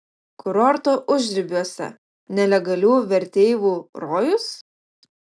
kurorto užribiuose nelegalių verteivų rojus